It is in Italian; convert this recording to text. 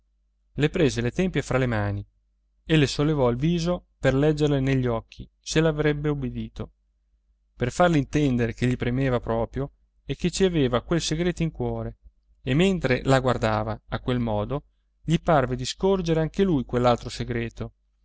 le prese le tempie fra le mani e le sollevò il viso per leggerle negli occhi se l'avrebbe ubbidito per farle intendere che gli premeva proprio e che ci aveva quel segreto in cuore e mentre la guardava a quel modo gli parve di scorgere anche lui quell'altro segreto